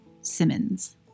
Simmons